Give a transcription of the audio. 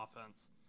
offense